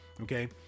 Okay